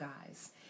guys